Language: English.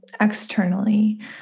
externally